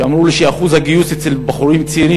שאמרו לי שאחוז הגיוס אצל בחורים צעירים